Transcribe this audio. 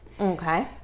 Okay